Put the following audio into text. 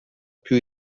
più